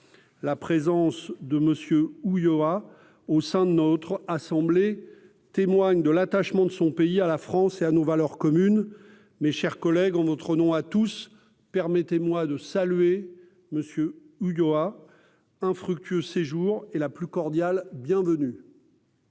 la présence de monsieur où il aura au sein de notre assemblée témoigne de l'attachement de son pays à la France et à nos valeurs communes, mes chers collègues, en notre nom à tous, permettez-moi de saluer monsieur ou Doha infructueux séjour et la plus cordiale bienvenue.